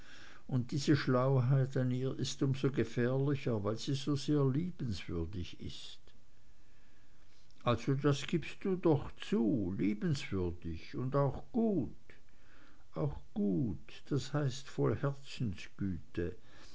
und diese schlauheit an ihr ist um so gefährlicher weil sie so sehr liebenswürdig ist also das gibst du doch zu liebenswürdig und auch gut auch gut das heißt voll herzensgüte